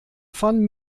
van